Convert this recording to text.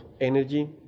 energy